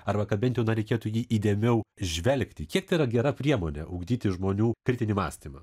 arba kad bent jau na reikėtų jį įdėmiau žvelgti kiek tai yra gera priemonė ugdyti žmonių kritinį mąstymą